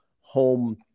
home